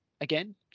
again